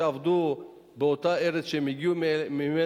במקצוע שבו עבדו באותה ארץ שהם הגיעו ממנה,